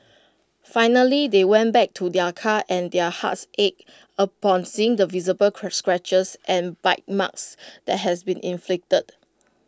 finally they went back to their car and their hearts ached upon seeing the visible scratches and bite marks that has been inflicted